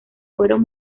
fueron